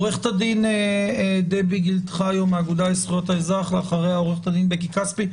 עו"ד דבי גילד חיו מהאגודה לזכויות האזרח ואחריה עו"ד בקי כספי.